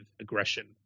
aggression